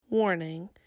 Warning